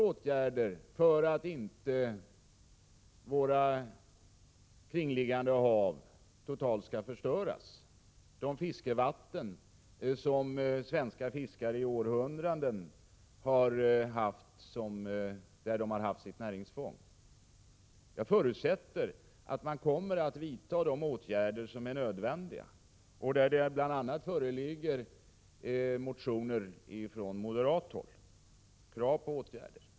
minsvepare vidtas för att inte våra kringliggande hav skall förstöras, de fiskevatten som svenska fiskare i århundraden har haft för sitt näringsfång. Jag förutsätter att man kommer att vidta de åtgärder som är nödvändiga. I fråga om detta föreligger det motioner, bl.a. från moderat håll, med krav på åtgärder.